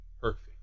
perfect